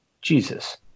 Jesus